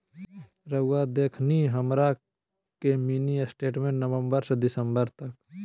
रहुआ देखतानी हमरा के मिनी स्टेटमेंट नवंबर से दिसंबर तक?